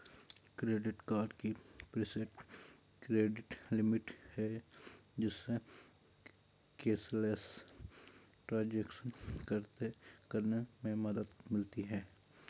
credit card की preset credit limit है, जिससे कैशलेस ट्रांज़ैक्शन करने में मदद मिलती है